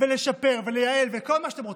ולשפר ולייעל וכל מה שאתם רוצים.